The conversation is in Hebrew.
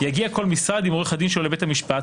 יגיע כל משרד עם עורך הדין שלו לבית המשפט,